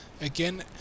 again